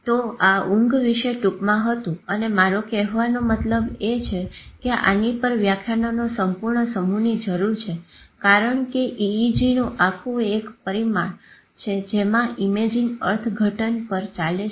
તો આ ઊંઘ વિશે ટુંકમાં હતું અને મારો કેવાનો મતલબ એ છે કે આની પર વ્યાખ્યાનોના સંપૂર્ણ સમૂહની જરૂરી છે કારણ કે EEG નું આખું એક પરિમાણ છે જેમ કે ઈમાજીંગ અર્થઘટન પર ચાલે છે